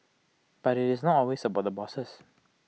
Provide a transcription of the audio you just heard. but IT is not always about the bosses